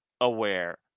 aware